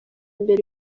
imbere